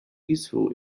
useful